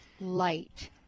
light